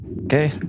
Okay